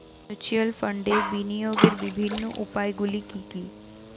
Mutual ফান্ডে বিনিয়োগের বিভিন্ন উপায়গুলি কি কি?